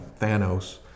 Thanos